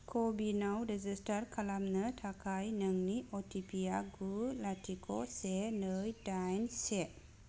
क' विनाव रेजिसटार खालामनो थाखाय नोंनि अटिपि आ गु लाथिख' से नै दाइन से